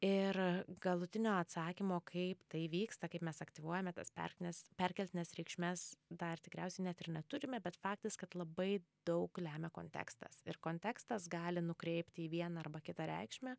ir galutinio atsakymo kaip tai vyksta kaip mes aktyvuojame tas pertines perkeltines reikšmes dar tikriausiai net ir neturime bet faktas kad labai daug lemia kontekstas ir kontekstas gali nukreipti į vieną arba kitą reikšmę